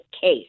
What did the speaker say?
case